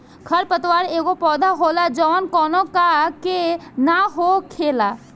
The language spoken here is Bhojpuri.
खर पतवार एगो पौधा होला जवन कौनो का के न हो खेला